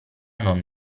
non